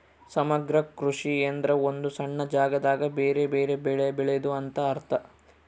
ಸಮಗ್ರ ಕೃಷಿ ಎಂದ್ರ ಒಂದು ಸಣ್ಣ ಜಾಗದಾಗ ಬೆರೆ ಬೆರೆ ಬೆಳೆ ಬೆಳೆದು ಅಂತ ಅರ್ಥ